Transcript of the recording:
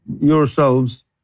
yourselves